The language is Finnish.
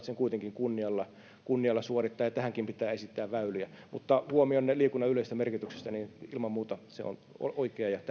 sen kuitenkin kunnialla kunnialla suorittaa tähänkin pitää esittää väyliä mutta huomionne liikunnan yleisestä merkityksestä on ilman muuta oikea ja